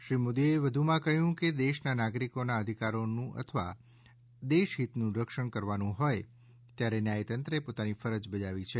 શ્રી મોદીએ વધુમાં કહયું કે દેશના નાગરીકોના અધિકારોનું અથવા દેશહિતનું રક્ષણ કરવાનું હોય ત્યારે ન્યાયતંત્રે પોતાની ફરજ બજાવી છે